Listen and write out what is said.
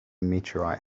meteorite